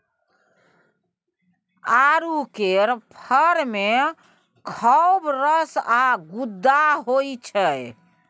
आड़ू केर फर मे खौब रस आ गुद्दा होइ छै